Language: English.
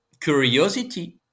curiosity